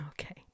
Okay